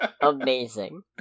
Amazing